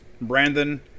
Brandon